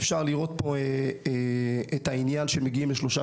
אפשר לראות פה את העניין שמגיעים לשלושה